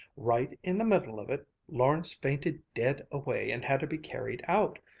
right in the middle of it, lawrence fainted dead away and had to be carried out.